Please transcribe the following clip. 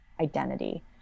identity